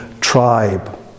tribe